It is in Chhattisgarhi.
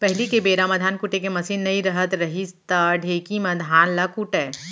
पहिली के बेरा म धान कुटे के मसीन नइ रहत रहिस त ढेंकी म धान ल कूटयँ